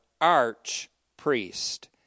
arch-priest